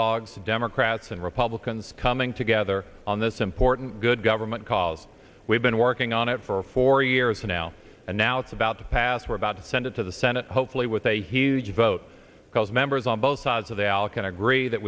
dogs democrats and republicans coming together on this important good government calls we've been working on it for four years now and now it's about to pass we're about to send it to the senate hopefully with a huge vote because members on both sides of the alcan agree that